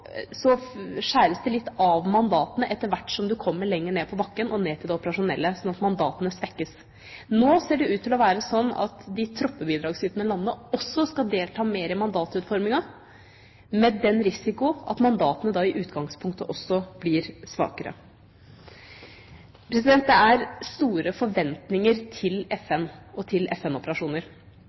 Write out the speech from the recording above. skjæres det litt av mandatene etter hvert som man kommer lenger ned på bakken og ned til det operasjonelle, sånn at mandatene svekkes. Nå ser det ut til å være sånn at de troppebidragsytende landene også skal delta mer i mandatutformingen, med den risiko at mandatene da i utgangspunktet blir svakere. Det er store forventninger til FN og til